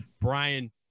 Brian